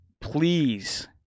please